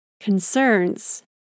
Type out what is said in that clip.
concerns